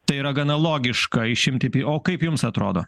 tai yra gana logiška išimti pi o kaip jums atrodo